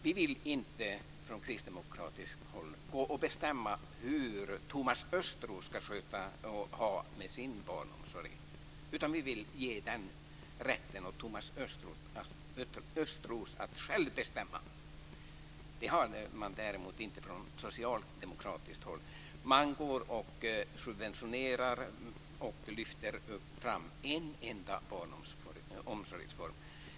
Vi vill inte från kristdemokratiskt håll bestämma hur Thomas Östros ska ordna sin barnomsorg. Vi vill ge Thomas Östros rätten att själv bestämma. Det gör man däremot inte från socialdemokratiskt håll. Man subventionerar och lyfter fram en enda barnomsorgsform.